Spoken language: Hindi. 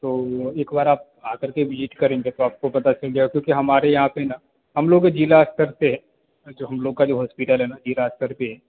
तो एक बार आप आ कर के विज़िट करेंगे तो आपको पता चल जाए क्योंकि हमारे यहाँ पर ना हम लोग के ज़िला स्तर पर जो हम लोग का जो हॉस्पिटल है ना ज़िला स्तर पर